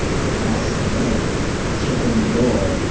masked men kick in the door,